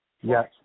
Yes